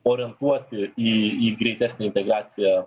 orientuoti į į greitesnę integraciją